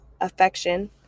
affection